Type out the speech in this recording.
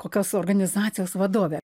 kokios organizacijos vadove